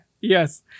Yes